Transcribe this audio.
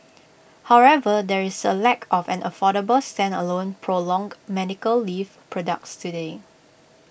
however there is A lack of an affordable standalone prolonged medical leave products today